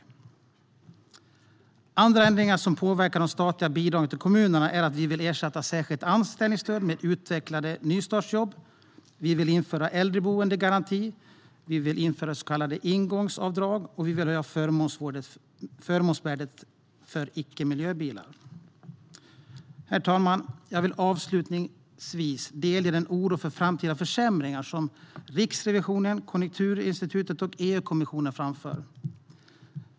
Det finns andra ändringar som påverkar de statliga bidragen till kommunerna. Vi vill ersätta särskilt anställningsstöd med utvecklade nystartsjobb. Vi vill införa en äldreboendegaranti. Vi vill införa så kallade ingångsavdrag, och vi vill höja förmånsvärdet för icke-miljöbilar. Herr talman! Jag vill avslutningsvis delge er den oro för framtida försämringar som Riksrevisionen, Konjunkturinstitutet och EU-kommissionen framför.